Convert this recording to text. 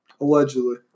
Allegedly